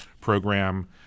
program